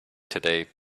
today